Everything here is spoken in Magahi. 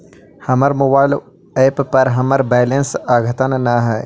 हमर मोबाइल एप पर हमर बैलेंस अद्यतन ना हई